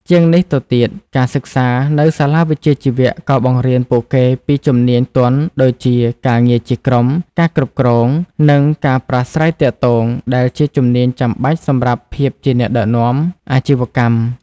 ជាងនេះទៅទៀត ការសិក្សានៅសាលាវិជ្ជាជីវៈ ក៏បង្រៀនពួកគេពីជំនាញទន់ដូចជា ការងារជាក្រុម ការគ្រប់គ្រង និងការប្រាស្រ័យទាក់ទង ដែលជាជំនាញចាំបាច់សម្រាប់ភាពជាអ្នកដឹកនាំអាជីវកម្ម។